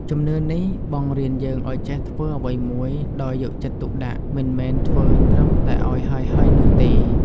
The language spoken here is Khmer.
ជំនឿនេះបង្រៀនយើងឱ្យចេះធ្វើអ្វីមួយដោយយកចិត្តទុកដាក់ មិនមែនធ្វើត្រឹមតែឱ្យហើយៗនោះទេ។